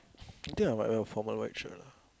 think are like a formal white shirt lah